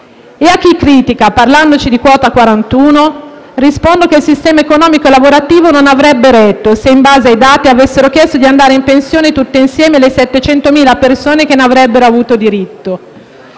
A chi critica parlandoci di quota 41, rispondo che il sistema economico e lavorativo non avrebbe retto se, in base ai dati, avessero chiesto di andare in pensione tutte insieme le 700.000 persone che ne avrebbero avuto diritto.